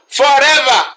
forever